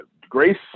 Grace